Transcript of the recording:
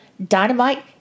Dynamite